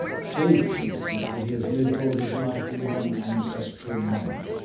say, for instance, that he has lived all his life in one ancestral manor.